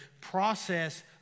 process